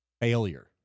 Failure